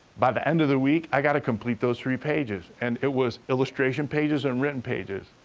by the end of the week, i gotta complete those three pages. and it was illustration pages and written pages.